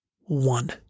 one